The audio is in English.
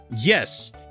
Yes